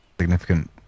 significant